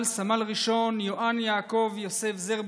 סמל ראשון יואן (יעקב יוסף) זרביב,